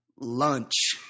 lunch